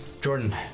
Jordan